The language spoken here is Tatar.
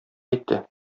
әйтте